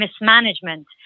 mismanagement